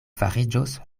fariĝos